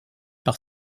par